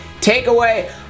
Takeaway